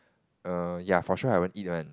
err ya for sure I won't eat one